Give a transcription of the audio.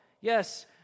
Yes